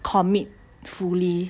commit fully